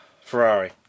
Ferrari